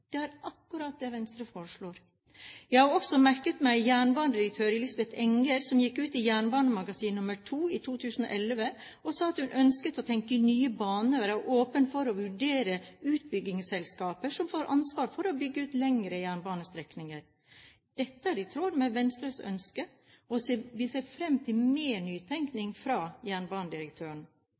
Det er akkurat det Venstre foreslår. Jeg har også merket meg at jernbanedirektøren, Elisabeth Enger, gikk ut i Jernbanemagasinet nr. 2–2011 og sa at hun ønsket å tenke i nye baner, og at hun er åpen for å vurdere utbyggingsselskaper som får ansvar for å bygge ut lengre jernbanestrekninger. Dette er i tråd med Venstres ønske, og vi ser fram til mer nytenkning fra jernbanedirektøren.